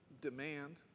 demand